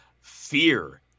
fear